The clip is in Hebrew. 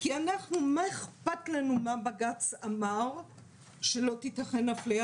כי מה אכפת לנו שבג"ץ אמר שלא תיתכן אפליה